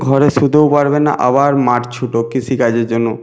ঘরে শুতেও পারবে না আবার মাঠ ছোটো কৃষিকাজের জন্য